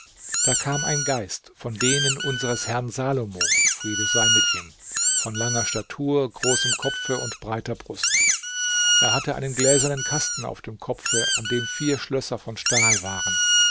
da kam ein geist von denen unseres herrn salomo friede sei mit ihm von langer statur großem kopfe und breiter brust er hatte einen gläsernen kasten auf dem kopfe an dem vier schlösser von stahl waren